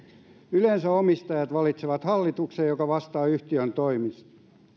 yleensä omistajat valitsevat hallituksen joka vastaa yhtiön toimista